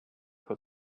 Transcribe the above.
put